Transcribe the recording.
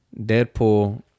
Deadpool